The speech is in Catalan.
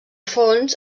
fons